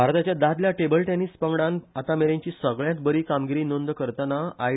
भारताच्या दादल्या table tennis पंगडान आतामेरेनची सगळ्यात बरी कामगीरी नोंद करताना आय